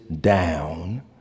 down